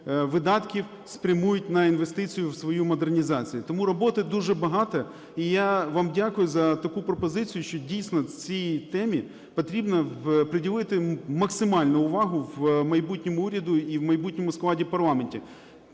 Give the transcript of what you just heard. видатків спрямують на інвестицію в свою модернізацію. Тому роботи дуже багато, і я вам дякую за таку пропозицію, що цій темі потрібно приділити максимальну увагу майбутньому уряду і майбутньому складу парламенту.